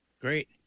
Great